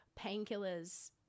painkillers